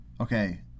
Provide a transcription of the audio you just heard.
Okay